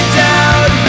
down